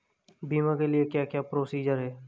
बीमा के लिए क्या क्या प्रोसीजर है?